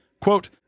Quote